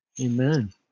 Amen